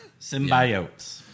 Symbiotes